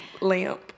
Lamp